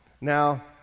Now